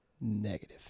Negative